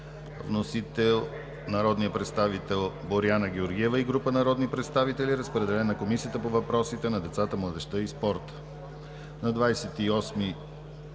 Вносители са народният представител Боряна Георгиева и група народни представители. Разпределен на Комисията по въпросите на децата, младежта и спорта.